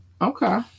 Okay